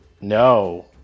No